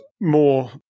more